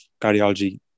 cardiology